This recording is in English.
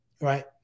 right